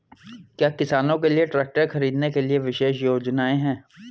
क्या किसानों के लिए ट्रैक्टर खरीदने के लिए विशेष योजनाएं हैं?